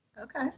Okay